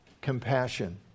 compassion